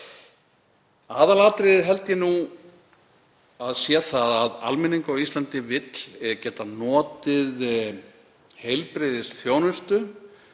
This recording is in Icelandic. Aðalatriðið held ég að sé að almenningur á Íslandi vill geta notið heilbrigðisþjónustu,